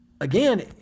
again